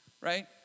right